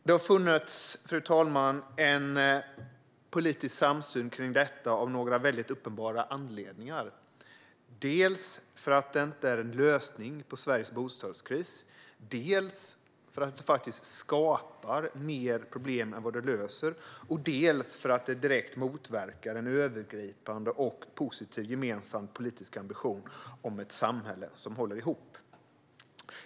Det har funnits en politisk samsyn kring detta av några väldigt uppenbara anledningar: att det inte är en lösning på Sverige bostadskris, att det skapar fler problem än vad det löser och att det direkt motverkar en övergripande och positiv gemensam politisk ambition om ett samhälle som håller ihop.